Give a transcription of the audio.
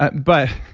ah but